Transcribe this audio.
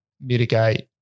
mitigate